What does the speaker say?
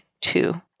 two